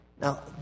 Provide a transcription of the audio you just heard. Now